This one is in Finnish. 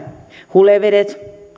hulevesiä ei